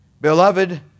Beloved